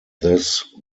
this